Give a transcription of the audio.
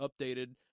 updated